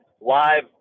live